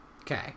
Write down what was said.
Okay